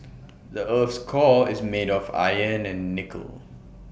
the Earth's core is made of iron and nickel